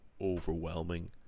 overwhelming